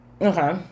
Okay